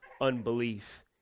unbelief